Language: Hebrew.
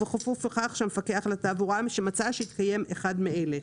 ובכפוף לכך שהמפקח על התעבורה מצא שהתקיים אחד מאלה: